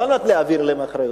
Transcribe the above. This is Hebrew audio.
לא על מנת להעביר אליהם אחריות.